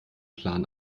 plan